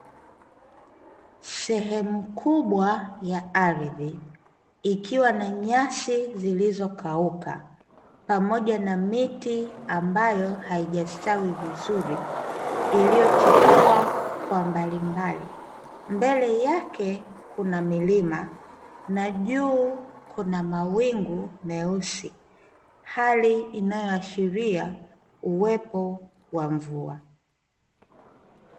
Sehemu kubwa ya adhi ikiwa na nyasi zilizokauka pamoja na miti ambayo haijastawi vizuri iliyochipua kwa mbalimbali mbele yake kuna milima na juu kuna mawingu meusi hali inayoashirai two wa mvua.